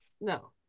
No